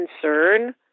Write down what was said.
concern